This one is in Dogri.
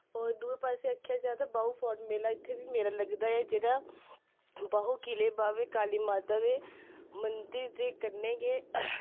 होर दूए पास्सै आखेआ जा तां बाहू फोर्ट मेला इत्थै बी मेला लगदा ऐ जेह्ड़ा बाहू किले बाह्वे काली माता दे मंदर दे कन्नै गै